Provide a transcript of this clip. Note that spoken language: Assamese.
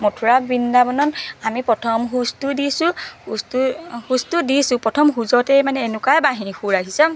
মথুৰা বৃন্দাবনত আমি প্ৰথম খোজটো দিছো খোজটো খোজটো দিছো প্ৰথম খোজতেই মানে এনেকুৱাই বাঁহীৰ সুৰ আহিছে